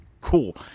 cool